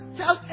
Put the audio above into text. tell